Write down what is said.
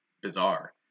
bizarre